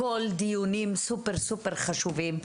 הכול דיונים סופר חשובים,